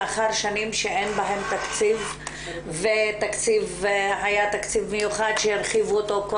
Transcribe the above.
לאחר שנים שאין בהן תקציב והיה תקציב מיוחד שהרחיבו אותו כל